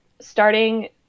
starting